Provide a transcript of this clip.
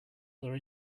other